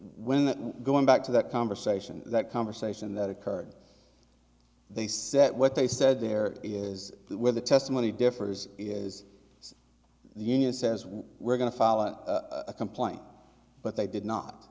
was going back to that conversation that conversation that occurred they said what they said there is where the testimony differs is the union says well we're going to file a complaint but they did not